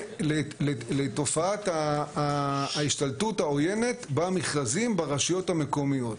לתופעת ההשתלטות העוינת על המכרזים ברשויות המקומיות,